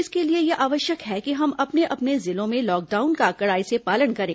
इसके लिए यह आवश्यक है कि हम अपने अपने जिलों में लॉकडाउन का कड़ाई से पालन करें